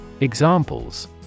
Examples